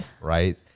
Right